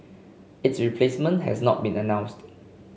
its replacement has not been announced